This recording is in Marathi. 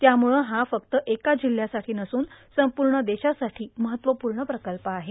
त्यामुळं हा फक्त एका जिल्ह्यासाठी नसून संपूण देशासाठी महत्त्वपूण प्रकल्प आहे